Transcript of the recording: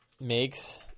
makes